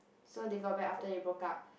so they got back after they broke up